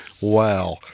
Wow